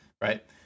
right